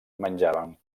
menjaven